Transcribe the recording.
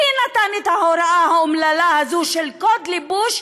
מי נתן את ההוראה האומללה הזו של קוד לבוש,